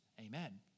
Amen